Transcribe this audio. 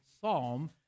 psalm